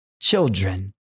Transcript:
children